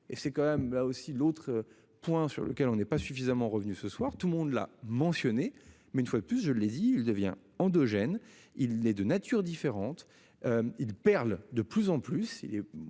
et c'est quand même là aussi l'autre point sur lequel on n'est pas suffisamment revenu ce soir tout le monde l'a mentionné mais une fois de plus je l'ai dit, il devient endogène. Il est de nature différente. Il perles de plus en plus